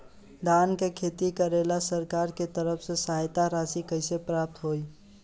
धान के खेती करेला सरकार के तरफ से सहायता राशि कइसे प्राप्त होइ?